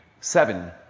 Seven